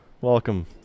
Welcome